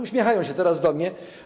Uśmiechają się teraz do mnie.